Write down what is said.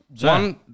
One